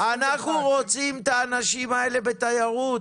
אנחנו רוצים את האנשים האלו בתיירות,